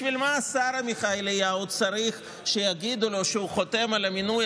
בשביל מה השר עמיחי אליהו צריך שיגידו לו שהוא חותם על המינוי